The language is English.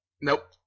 Nope